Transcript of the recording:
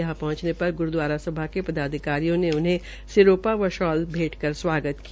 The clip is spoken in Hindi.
यहां पहंचने पर ग्रूदवारा सभा के पदाधिकारियों ने उन्हें सिरोपा व शाल भेंट कर स्वागत किया